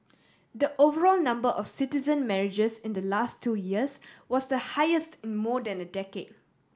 the overall number of citizen marriages in the last two years was the highest in more than a decade